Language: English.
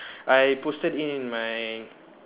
I posted in my